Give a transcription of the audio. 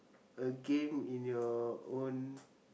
a game in your own